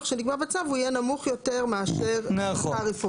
שנקבע בצו יהיה נמוך יותר מאשר התעריפון.